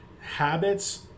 Habits